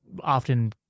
often